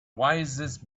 wisest